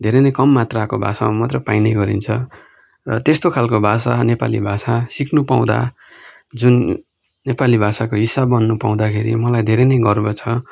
धेरै नै कम मात्राको भाषामा मात्रै पाइने गरिन्छ र त्यस्तो खालको भाषा नेपाली भाषा सिक्नु पाउँदा जुन नेपाली भाषाको हिस्सा बन्नु पाउँदाखेरि मलाई धेरै नै गर्व छ